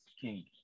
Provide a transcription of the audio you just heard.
King